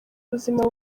buzima